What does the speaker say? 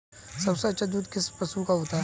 सबसे अच्छा दूध किस पशु का होता है?